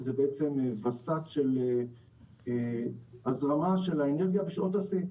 שזה בעצם וסת של הזרמה של האנרגיה בשעות השיא.